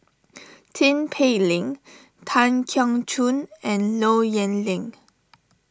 Tin Pei Ling Tan Keong Choon and Low Yen Ling